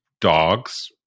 dogs